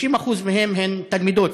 60% מהם תלמידות,